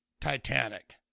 Titanic